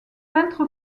peintre